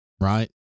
right